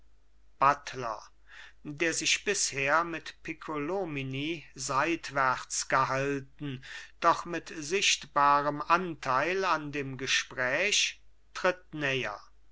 buttler der sich bisher mit piccolomini seitwärts gehalten doch mit sichtbarem anteil an dem gespräch tritt näher